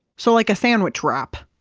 so like a sandwich wrap,